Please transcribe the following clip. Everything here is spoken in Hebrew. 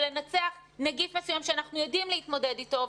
לנצח נגיף מסוים שאנחנו יודעים להתמודד איתו,